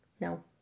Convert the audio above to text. No